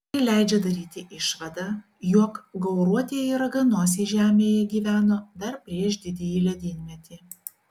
tai leidžia daryti išvadą jog gauruotieji raganosiai žemėje gyveno dar prieš didįjį ledynmetį